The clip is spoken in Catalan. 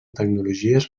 tecnologies